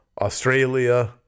Australia